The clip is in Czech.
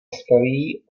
staví